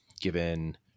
given